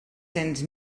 cents